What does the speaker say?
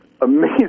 amazing